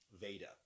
Veda